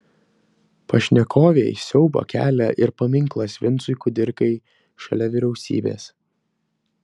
pašnekovei siaubą kelia ir paminklas vincui kudirkai šalia vyriausybės